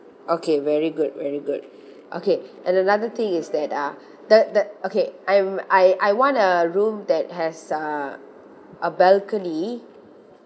okay very good very good okay and another thing is that uh that that okay I'm I I want a room that has uh a balcony